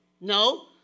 No